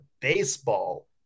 baseball